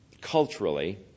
culturally